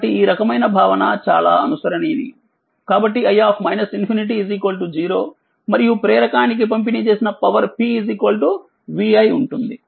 కాబట్టి ఈ రకమైనభావనచాలా అనుసరణీయంకాబట్టిi0మరియు ప్రేరకానికి పంపిణీ చేసిన పవర్ P vi ఉంటుంది